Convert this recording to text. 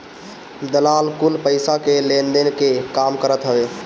दलाल कुल पईसा के लेनदेन के काम करत हवन